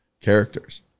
characters